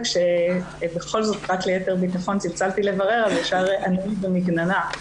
וכאשר ליתר ביטחון צלצלתי לברר מיד ענו לי במגננה.